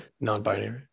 Non-binary